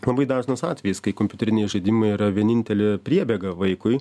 labai dažnas atvejis kai kompiuteriniai žaidimai yra vienintelė priebėga vaikui